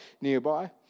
nearby